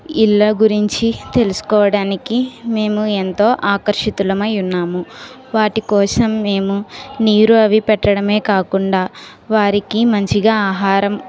ఇళ్ళ గురించి తెలుసుకోవడానికి మేము ఎంతో ఆకర్షితులమై ఉన్నాము వాటి కోసం మేము నీరు అవి పెట్టడమే కాకుండా వాటికి మంచిగా ఆహారం